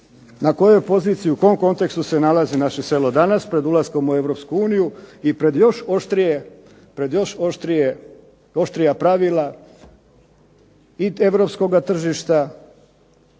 na kojoj poziciji i u kojem kontekstu se nalazi naše selo danas pred ulaskom u EU i pred još oštrija pravila i europskoga tržišta